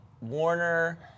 Warner